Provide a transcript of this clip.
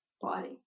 body